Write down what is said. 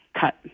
cut